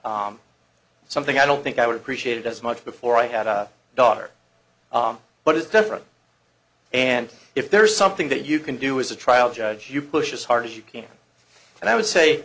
something i don't think i would appreciate it as much before i had a daughter but it's different and if there is something that you can do as a trial judge you push as hard as you can and i would say